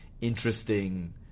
interesting